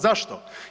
Zašto?